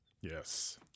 Yes